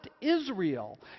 Israel